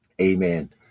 Amen